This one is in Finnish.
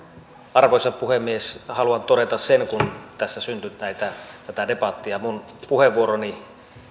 arvoisa puhemies haluan todeta sen kun tässä syntyi debattia minun puheenvuoroni